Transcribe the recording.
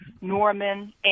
Norman